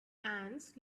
ants